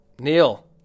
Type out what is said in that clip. Neil